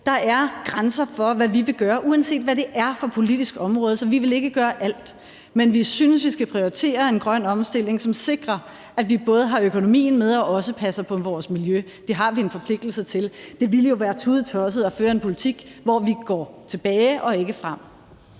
Der er grænser for, hvad vi vil gøre, uanset hvad det er for et politisk område. Så vi vil ikke gøre alt. Men vi synes, vi skal prioritere en grøn omstilling, som sikrer, at vi både har økonomien med og også passer på vores miljø. Det har vi en forpligtelse til. Det ville jo være tudetosset at føre en politik, hvor vi går tilbage og ikke frem.